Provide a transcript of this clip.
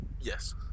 Yes